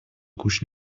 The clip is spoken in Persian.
گوش